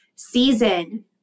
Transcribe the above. season